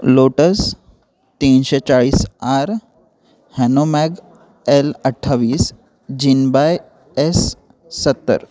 lotus तीनशे चाळीस R Hanomag L अठ्ठावीस जिनबाय एस सत्तर